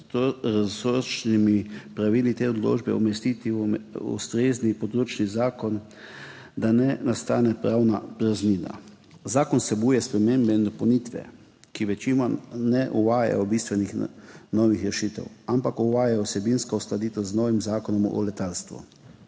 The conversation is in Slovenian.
medresorskimi pravili te odločbe umestiti v ustrezni področni zakon, da ne nastane pravna praznina. Zakon vsebuje spremembe in dopolnitve, ki večinoma ne uvajajo bistvenih novih rešitev, ampak uvaja vsebinsko uskladitev z novim zakonom o letalstvu.